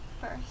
first